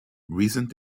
recent